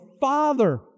Father